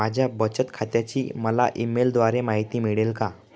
माझ्या बचत खात्याची मला ई मेलद्वारे माहिती मिळेल का?